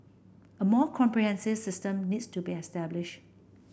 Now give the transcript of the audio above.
a more comprehensive system needs to be established